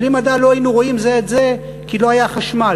בלי מדע לא היינו רואים זה את זה כי לא היה חשמל,